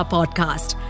Podcast